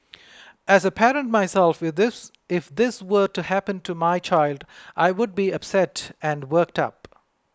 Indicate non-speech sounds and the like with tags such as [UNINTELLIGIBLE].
as a parent myself [UNINTELLIGIBLE] if this were to happen to my child I would be upset and worked up